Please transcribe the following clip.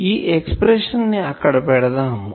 ఈ ఎక్స్ప్రెషన్ ని అక్కడ పెడదాము